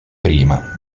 prima